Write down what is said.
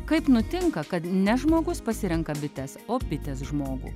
kaip nutinka kad ne žmogus pasirenka bites o bitės žmogų